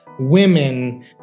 women